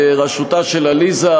בראשותה של עליזה,